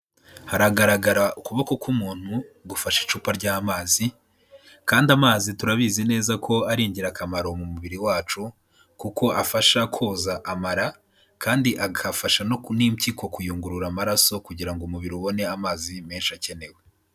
Haragaragara ukuboko k'umuntu gufashe icupa ry'amazi kandi amazi turabizi neza ko ari ingirakamaro mu mubiri wacu kuko afasha koza amara kandi agafasha n'impyiko kuyungurura amaraso kugira ngo umubiri ubone amazi menshi akenewe.